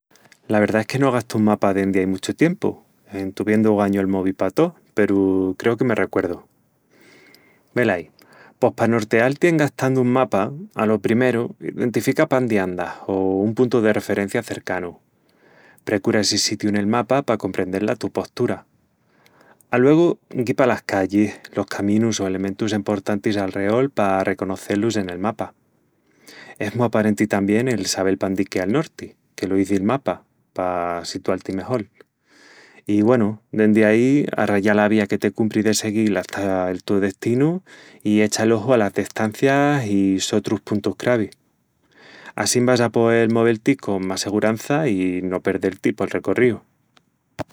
La verdá es que no gastu un mapa dendi ai muchu tiempu en tuviendu ogañu el mobi pa tó, peru creu que me recuerdu... velaí... Pos pa norteal-ti en gastandu un mapa, alo primeru, dentifica pándi andas o un puntu de referencia cercanu. Precura essi sitiu nel mapa pa comprendel la tu postura. Aluegu, guipa las callis, los caminus o elementus emportantis alreol pa reconocé-lus en el mapa. Es mu aparenti tamién el sabel pándi quea'l norti, que lo izi'l mapa, pa situal-ti mejol. I güenu, dendi aí, arraya la vía que te cumpri de seguil hata el tu destinu i echa el oju alas destancias i sotrus puntus cravi. Assín vas a poel movel-ti con más segurança i no perdel-ti pol recorríu.